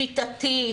שיטתית,